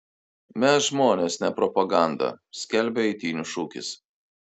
mes žmonės ne propaganda skelbia eitynių šūkis